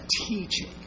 teaching